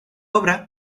obra